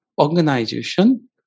organization